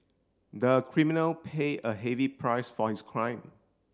the criminal paid a heavy price for his crime